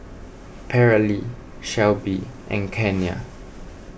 Paralee Shelby and Kiana